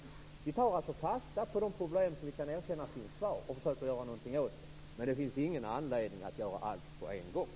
Vi tar fasta på de problem som vi erkänner finns kvar och försöker göra något åt dem. Men det finns ingen anledning att göra allt på en gång.